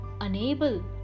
unable